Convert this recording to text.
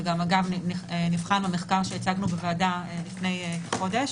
וגם נבחן במחקר שהצגנו בוועדה לפני חודש.